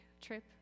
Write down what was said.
trip